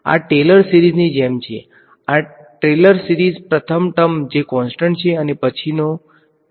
તેથી આ ટેલર સિરિઝની જેમ છે આ ટ્રેલર સિરિઝ પ્રથમ ટર્મ જે કોન્સ્ટન્ટ છે અને પછીનો બીજુ લીનીયર હશે